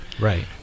Right